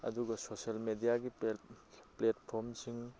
ꯑꯗꯨꯒ ꯁꯣꯁꯦꯜ ꯃꯦꯗꯤꯌꯥꯒꯤ ꯄ꯭ꯂꯦꯠꯐꯣꯝꯁꯤꯡ